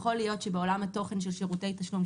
יכול להיות שבעולם התוכן של שירותי תשלום,